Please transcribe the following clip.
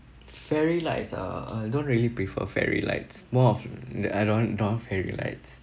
fairy lights uh I don't really prefer fairy lights more of the I don't don't want fairy lights